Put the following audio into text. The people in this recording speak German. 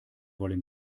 wollen